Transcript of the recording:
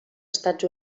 estats